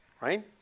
right